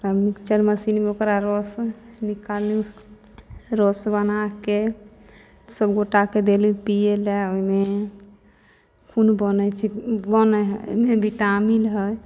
तब मिक्सचर मशीनमे ओकरा रस निकाललहुॅं रस बनाके सब गोटाके देली पीयैलए ओहिमे खून बनै छै ओ बनै है ओहिमे बिटामिन है